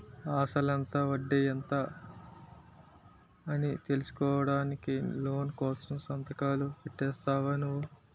అసలెంత? వడ్డీ ఎంత? అని తెలుసుకోకుండానే లోను కోసం సంతకాలు పెట్టేశావా నువ్వు?